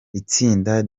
itsinda